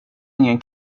ingen